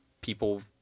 people